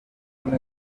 amb